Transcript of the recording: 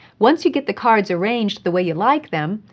once you get the cards arranged the way you like them,